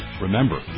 Remember